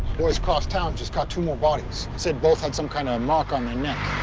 boys across town just got two more bodies. said both had some kind of mark on their neck.